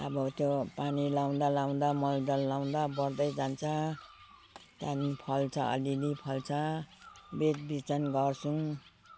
अब त्यो पानी लगाउँदा लगाउँदा मलदल लगाउँदा बढ्दै जान्छ त्यहाँदेखि फल्छ अलिअलि फल्छ बेचबिखान गर्छौँ